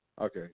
Okay